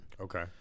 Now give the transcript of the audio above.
Okay